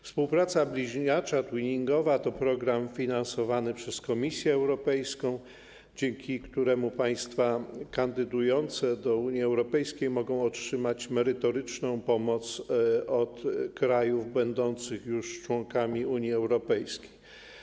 Współpraca bliźniacza, twinningowa to program finansowany przez Komisję Europejską, dzięki któremu państwa kandydujące do Unii Europejskiej mogą otrzymać merytoryczną pomoc od krajów będących już członkami Unii Europejskiej.